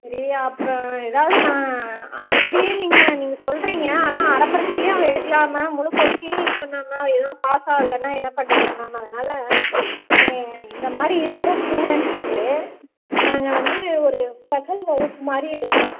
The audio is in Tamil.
சரி அப்புறோம் எதாவது நான் இப்படியே நீங்கள் நீங்கள் சொல்லுறீங்க ஆனால் அரை பரீச்சையே அவ எடுக்கலாமா முழு பரீச்சையும் இது பண்ணாமல் அவ ஏதுவும் பாஸ் ஆவலைன்னா என்ன பண்ணுறதுங் மேம் அதனால் நீங்கள் இந்த மாதிரி இருக்கிற ஸ்டூடெண்ட்ஸுக்கு நாங்கள் வந்து ஒரு ஸ்பெஷல் வகுப்பு மாதிரி எடுக்கிறோம்